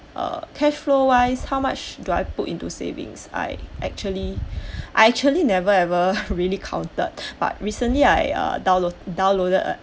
uh otherwise how much do I put into savings like actually I actually never ever really counted but recently I uh download downloaded